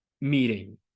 meeting